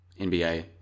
NBA